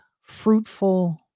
fruitful